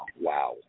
wow